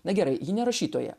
na gerai ji ne rašytoja